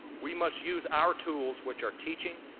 we must use our tools, which are teaching,